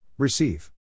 Receive